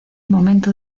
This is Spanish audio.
momento